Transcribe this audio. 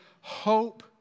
hope